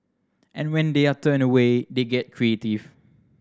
and when they are turned away they get creative